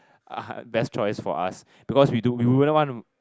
uh best choice for us because we do we wouldn't want to